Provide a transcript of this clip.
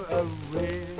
away